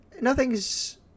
nothing's